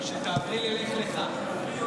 שתעברי ללך לך.